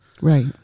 Right